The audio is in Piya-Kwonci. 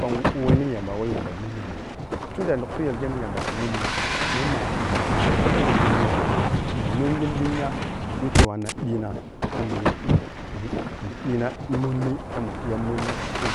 Bong wehni yamba weh yamba munghe mun. Tundakuyu khe mi yamba kha mummun mun ma-ma kudija linya mun lenyi linya mikhe wanna ɓina ta ye mu mu mudina monni tamun diya monni kasun